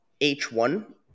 H1